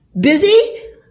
busy